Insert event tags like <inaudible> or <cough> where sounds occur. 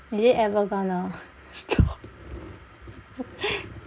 is it ever gonna stop <laughs>